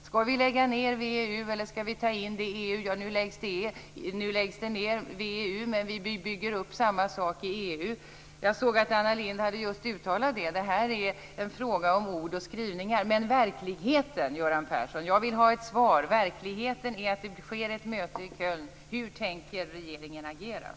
Skall vi lägga ned VEU, eller skall vi ta in det i EU? Ja, nu läggs VEU ned, men vi bygger upp samma sak i EU. Jag såg att Anna Lindh just hade uttalat detta. Detta är en fråga om ord och skrivningar. Men verkligheten, Göran Persson, är att det sker ett möte i Köln. Jag vill ha ett svar, Göran